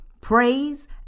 praise